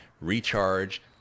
recharge